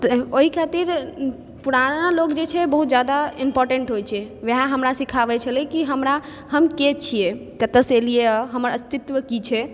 ओहि खातिर पुरना लोग जे छै बहुत जादा इम्पोर्टेन्ट होइ छै वएह हमरा सिखाबै छलै कि हमरा हमके छियै कतऽ सँ एलियै हँ आओर हमर अस्तित्व की छै